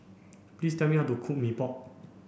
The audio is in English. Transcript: please tell me how to cook Mee Pok